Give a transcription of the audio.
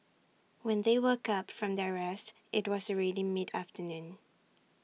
when they woke up from their rest IT was already mid afternoon